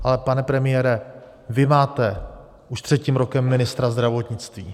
Ale pane premiére, vy máte už třetím rokem ministra zdravotnictví.